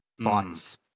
thoughts